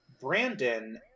Brandon